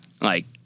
like-